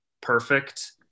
perfect